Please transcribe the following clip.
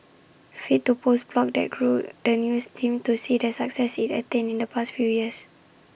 fit to post blog that grew the news team to see the success IT attained in the past few years